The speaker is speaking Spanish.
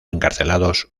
encarcelados